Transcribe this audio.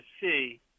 see